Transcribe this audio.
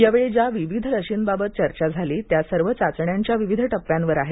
या वेळी ज्या विविध लशींबाबत चर्चा झाली त्या सर्व चाचण्यांच्या विविध टप्प्यावर आहेत